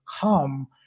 come